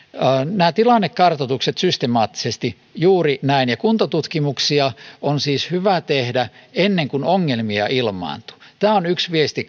nämä tilannekartoitukset systemaattisesti juuri näin ja kuntotutkimuksia on siis hyvä tehdä ennen kuin ongelmia ilmaantuu tämä on yksi viesti